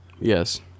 yes